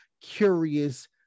curious